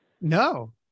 No